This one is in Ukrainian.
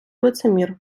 лицемір